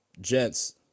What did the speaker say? Gents